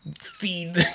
Feed